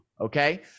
okay